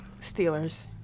Steelers